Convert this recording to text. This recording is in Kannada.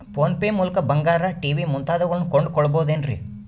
ಫೋನ್ ಪೇ ಮೂಲಕ ಬಂಗಾರ, ಟಿ.ವಿ ಮುಂತಾದವುಗಳನ್ನ ಕೊಂಡು ಕೊಳ್ಳಬಹುದೇನ್ರಿ?